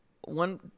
one